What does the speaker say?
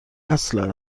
اصل